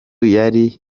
yari